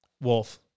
Wolf